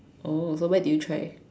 oh so where did you try